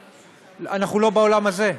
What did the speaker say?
אנחנו לא בעולם הזה.